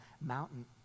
mountain